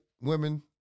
women